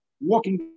walking